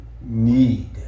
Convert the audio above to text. need